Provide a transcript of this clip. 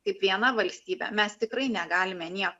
kaip viena valstybė mes tikrai negalime nieko